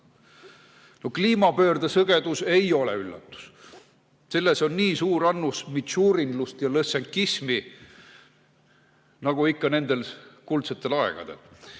kliimapöörde sõgedus ei ole üllatus. Selles on nii suur annus mitšurinlust ja lõssenkismi nagu nendel kuldsetel aegadel.